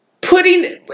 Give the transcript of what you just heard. putting